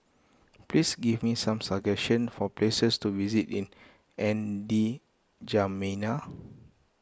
please give me some suggestion for places to visit in N'Djamena